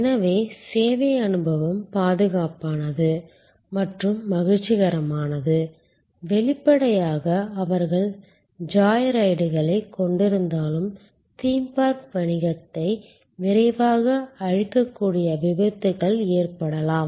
எனவே சேவை அனுபவம் பாதுகாப்பானது பாதுகாப்பானது மற்றும் மகிழ்ச்சிகரமானது வெளிப்படையாக அவர்கள் ஜாய் ரைடுகளைக் கொண்டிருந்தாலும் தீம் பார்க் வணிகத்தை விரைவாக அழிக்கக்கூடிய விபத்துகள் ஏற்பட்டாலும்